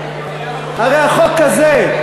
הרי החוק הזה,